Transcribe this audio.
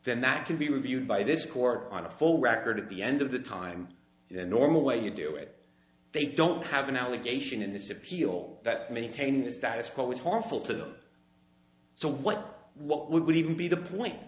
then that can be reviewed by this court on a full record at the end of the time the normal way you do it they don't have an allegation in this appeal that maintaining the status quo is harmful to them so what what would even be the point